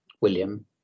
William